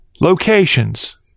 locations